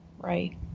Right